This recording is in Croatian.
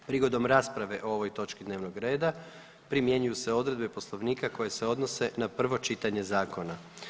Prigodom rasprave o ovoj točki dnevnog reda primjenjuju se odredbe Poslovnika koje se odnose na prvo čitanje zakona.